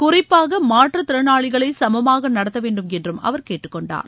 குறிப்பாக மாற்றுத்திறனாளிகளை சமமாக நடத்த வேண்டும் என்று அவர் கேட்டுக்கொண்டார்